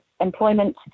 employment